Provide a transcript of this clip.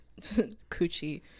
coochie